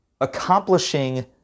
Accomplishing